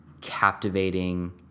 captivating